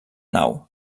nau